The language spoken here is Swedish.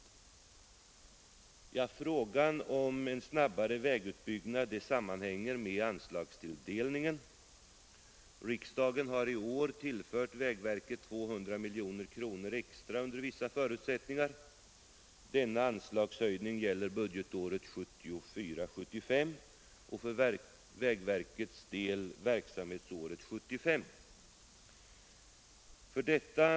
Frågan om en snabbare vägutbyggnad sammanhänger med anslagstilldelningen. Riksdagen har i år under vissa förutsättningar tillfört vägverket 200 miljoner kronor extra. Denna anslagshöjning gäller budgetåret 1974/75 och för vägverkets del verksamhetsåret 1975.